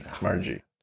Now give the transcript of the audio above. Margie